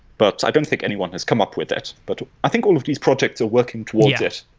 but i don't think anyone has come up with it. but i think all of these projects are working towards it.